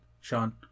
Sean